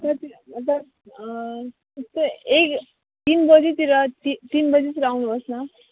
ए तिन बजीतिर ति तिन बजीतिर आउनुहोस् न